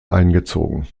eingezogen